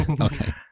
Okay